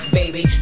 baby